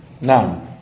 Now